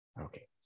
Okay